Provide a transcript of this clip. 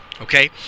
okay